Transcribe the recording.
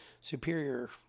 superior